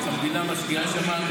המדינה משקיעה שם מיליונים,